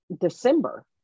December